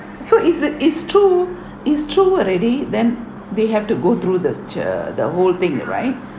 so is it it's true it's true already then they have to go through these che~ the whole thing right